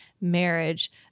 marriage